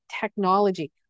technology